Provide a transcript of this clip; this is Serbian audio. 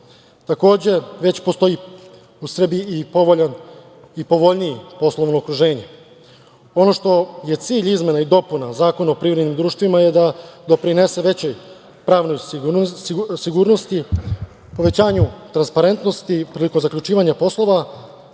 Takođe, već postoji u Srbiji i povoljnije poslovno okruženje. Ono što je cilj izmena i dopuna Zakona o privrednim društvima je da doprinese većoj pravnoj sigurnosti, povećanju transparentnosti prilikom zaključivanja poslova,